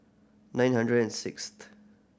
nine hundred and sixth